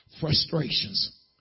Frustrations